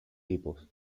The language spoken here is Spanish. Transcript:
tipos